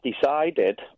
decided